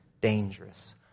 dangerous